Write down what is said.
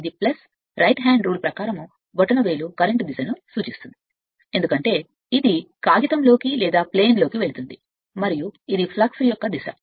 మీరు ఈ బొటనవేలును తయారుచేసేది మీరు ఉంచిన చేతి నియమం మరియు మీరు బొటనవేలు అంటే మీరు కరెంట్ దిశను పిలుస్తారు ఎందుకంటే ఇది కాగితం లేదా సమతలం లోకి వెళుతుంది మరియు ఇది ఫ్లక్స్ దిశ